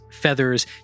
feathers